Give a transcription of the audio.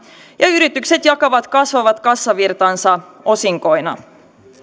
ja ja yritykset jakavat kasvavat kassavirtansa osinkoina